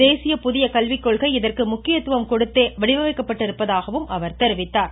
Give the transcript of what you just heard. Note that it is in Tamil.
தேசிய புதிய கல்விக்கொள்கை இதற்கு முக்கியத்துவம் கொடுத்தே வடிவமைக்கப்பட்டிருப்பதாகவும் அவர் தெரிவித்தார்